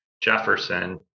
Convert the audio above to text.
Jefferson